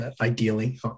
ideally